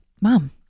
Mom